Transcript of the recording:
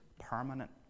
permanent